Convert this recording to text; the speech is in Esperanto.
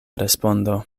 respondo